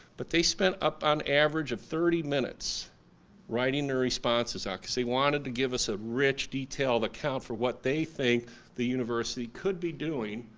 but they spent up an average of thirty minutes writing their responses ah because they wanted to give us a rich, detailed account for what they think the university could be doing,